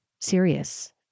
serious